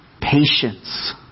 Patience